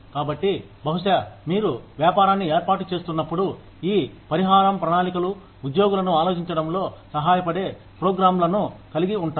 కాబట్టి బహుశా మీరు వ్యాపారాన్ని ఏర్పాటు చేస్తున్నప్పుడు ఈ పరిహారం ప్రణాళికలు ఉద్యోగులను ఆలోచించడం లో సహాయపడే ప్రోగ్రామ్లను కలిగి ఉంటాయి